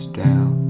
down